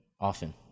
often